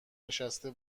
نشسته